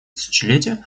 тысячелетия